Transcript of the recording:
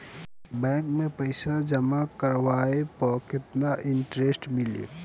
Bank में पईसा जमा करवाये पर केतना इन्टरेस्ट मिली?